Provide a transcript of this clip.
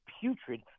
putrid